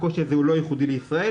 הקושי הזה הוא לא ייחודי לישראל,